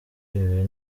ibi